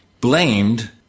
blamed